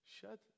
Shut